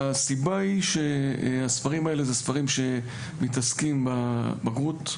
הסיבה היא שהספרים האלה מתעסקים בבגרות.